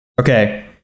Okay